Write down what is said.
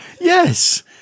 Yes